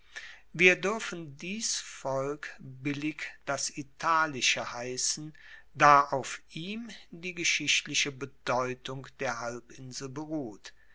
wir duerfen dies volk billig das italische heissen da auf ihm die geschichtliche bedeutung der halbinsel beruht